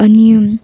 अनि